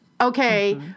Okay